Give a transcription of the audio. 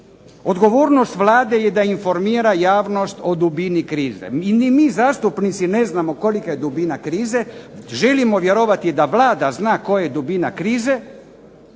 Odgovornost Vlade je da informira javnost o dubini krize. Ni mi zastupnici ne znamo kolika je dubina krize. Želimo vjerovati da Vlada zna koja je dubina krize